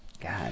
God